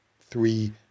three